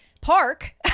park